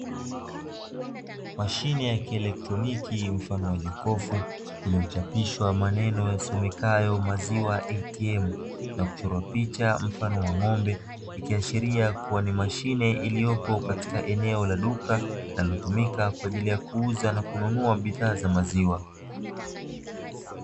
Mashine ya kielektroniki mfano wa jokofu iliyochapishwa maneno yasomekayo "Maziwa ATM" na kuchorwa picha mfano wa ng'ombe ikiashiria kuwa ni mashine iliyopo katika eneo la duka linalotumika kwa ajili ya kuuza na kununua bidhaa za maziwa.